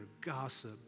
gossip